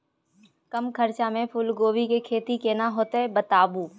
कम खर्चा में फूलकोबी के खेती केना होते बताबू?